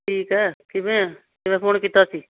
ਠੀਕ ਹੈ ਕਿਵੇਂ ਹੈ ਕਿਵੇਂ ਫੋਨ ਕੀਤਾ ਸੀ